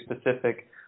specific